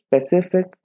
specific